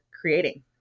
creating